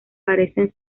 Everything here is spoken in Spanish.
parecen